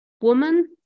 woman